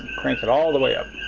crank it all the way up.